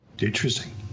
Interesting